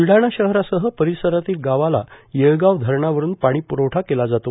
ब्लडाणा शहरासह परिसरातील गावाला येळगाव धरणावरुनपाणीप्रवठा केला जातो